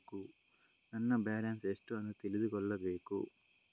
ನನ್ನ ಬ್ಯಾಲೆನ್ಸ್ ಎಷ್ಟು ಅಂತ ತಿಳಿದುಕೊಳ್ಳಬೇಕು?